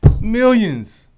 millions